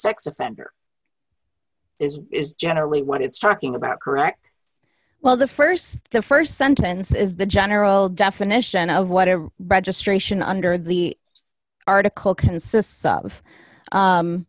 sex offender is is generally what it's talking about correct well the st the st sentence is the general definition of whatever registration under the article consists of